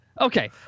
okay